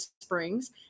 Springs